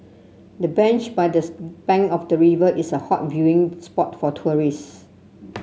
the bench by this bank of the river is a hot viewing spot for tourists